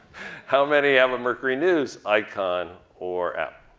how many have a mercury news icon or app?